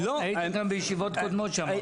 היית גם בישיבות קודמות שאמרת את זה.